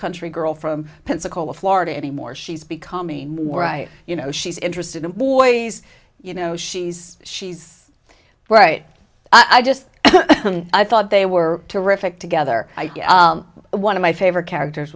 country girl from pensacola florida anymore she's becoming more i you know she's interested in boys you know she's she's bright i just i thought they were terrific together one of my favorite characters